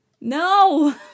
No